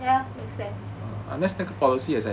ya make sense